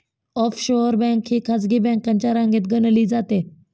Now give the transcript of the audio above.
offshore bank ही खासगी बँकांच्या रांगेत गणली जाते